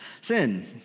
Sin